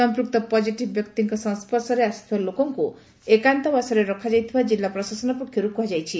ସମ୍ମକ୍ତ ପଜିଟିଭ୍ ବ୍ୟକ୍ତିଙ୍କ ସଂସର୍ଶରେ ଆସିଥିବ ଲୋକଙ୍କୁ ଏକାନ୍ତ ବାସରେ ରଖାଯାଇଥିବା କିଲ୍ଲା ପ୍ରଶାସନ ପକ୍ଷରୁ କୁହାଯାଇଛି